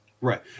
Right